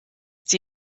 sie